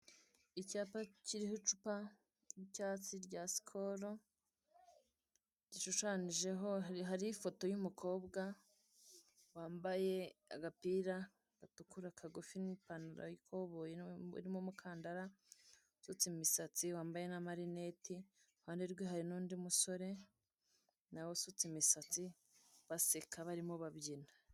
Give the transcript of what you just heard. Icyapa kiriho icupa ry'icyatsi rya skol gishushanyijeho hari ifoto y'umukobwa wambaye agapira gatukura kagufi n'ipantaro y'ikoboyi irimo umukandara usutse imisatsi wambaye na' marineti, iruhande rwe hari n'undi musore nawe usutse imisatsi baseka barimo babyina.